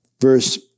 Verse